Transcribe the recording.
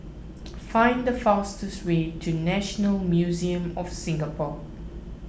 find the fastest way to National Museum of Singapore